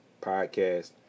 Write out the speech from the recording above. Podcast